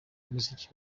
umuziki